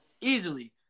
Easily